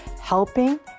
helping